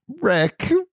Rick